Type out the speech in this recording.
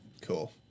Cool